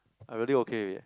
I really okay eh